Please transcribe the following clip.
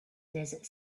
desert